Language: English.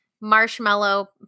marshmallow